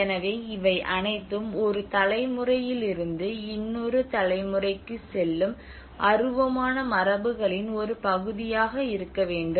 எனவே இவை அனைத்தும் ஒரு தலைமுறையிலிருந்து இன்னொரு தலைமுறைக்குச் செல்லும் அருவமான மரபுகளின் ஒரு பகுதியாக இருக்க வேண்டும்